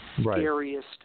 scariest